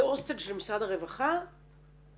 זה הוסטל של משרד הרווחה או